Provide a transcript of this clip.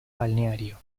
balneario